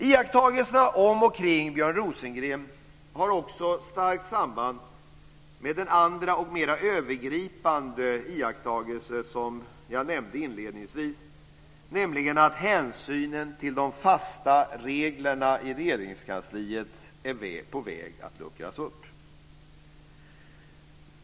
Iakttagelserna om och kring Björn Rosengren har också starkt samband med den andra och mer övergripande iakttagelse som jag nämnde inledningsvis, nämligen att hänsynen till de fasta reglerna i Regeringskansliet är på väg att luckras upp.